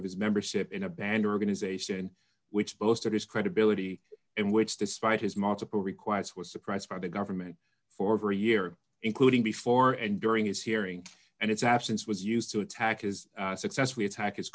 of his membership in a band organization which boasted his credibility and which despite his multiple requests was surprised by the government for over a year including before and during his hearing and its absence was used to attack is successfully attack his